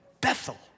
Bethel